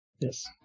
Yes